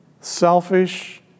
Selfish